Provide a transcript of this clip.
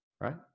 right